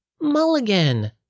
Mulligan